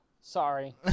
Sorry